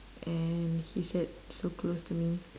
and he sat so close to me